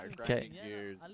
Okay